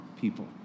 people